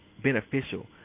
beneficial